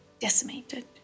decimated